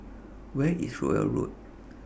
Where IS Rowell Road